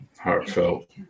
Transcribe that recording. Heartfelt